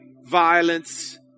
violence